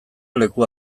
leku